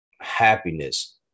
happiness